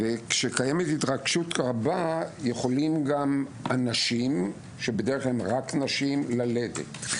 ואז יכולים אנשים שבדרך כלל הם רק נשים, ללדת.